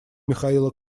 михаила